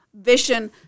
vision